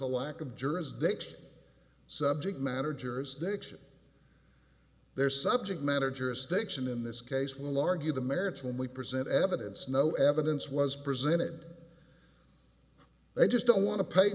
a lack of jurisdiction subject matter jurisdiction they're subject matter jurisdiction in this case will argue the merits when we present evidence no evidence was presented they just don't wan